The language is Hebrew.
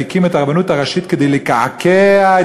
והקים את הרבנות הראשית כדי לקעקע את